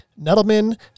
nettleman